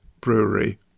Brewery